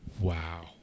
Wow